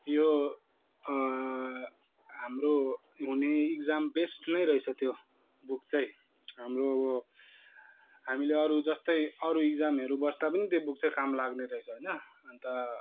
यो हाम्रो हुने एक्जाम बेस्ड नै रहेछ त्यो बुक चाहिँ हाम्रो अब हामीले अरू जस्तै अरू एक्जामहरू बस्दा पनि त्यो बुक चाहिँ काम लाग्ने रहेछ होइन अन्त